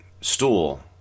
stool